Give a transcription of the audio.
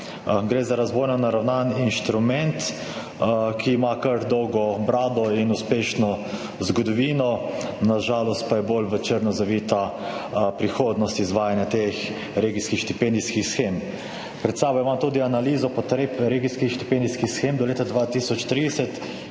Gre za razvojno naravnan inštrument, ki ima kar dolgo brado in uspešno zgodovino, na žalost pa je bolj v črno zavita prihodnost izvajanja teh regijskih štipendijskih shem. Pred sabo imam tudi analizo potreb regijskih štipendijskih shem do leta 2030,